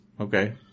Okay